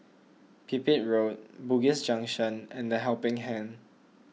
Pipit Road Bugis Junction and the Helping Hand